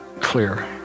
clear